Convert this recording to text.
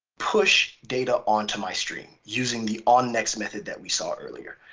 push data onto my stream using the onnext method that we saw earlier.